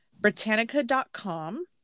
britannica.com